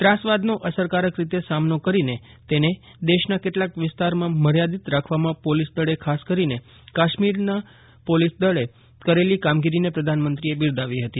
ત્રાસવાદનો અસરકારક રીતે સામનો કરીને તેને દેશના કેટલાક વિસ્તારમાં મર્યાદિત રાખવામાં પોલીસદળે ખાસ કરીને કાશ્મીરના પોલીસદળે કરેલી કામગીરીને પ્રધાનમંત્રીએ બિરદાવી હતી